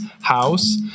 House